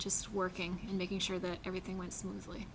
just working and making sure that everything went smoothly